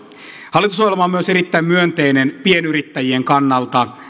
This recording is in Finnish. hallitusohjelma on myös erittäin myönteinen pienyrittäjien kannalta